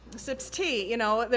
sips tea, you know?